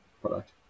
product